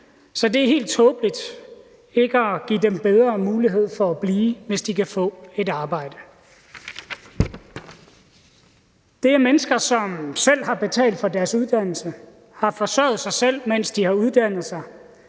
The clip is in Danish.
så det er helt tåbeligt ikke at give dem bedre mulighed for at blive, hvis de kan få et arbejde. Det er mennesker, som selv har betalt for deres uddannelse, har forsørget sig selv, mens de har uddannet sig